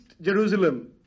Jerusalem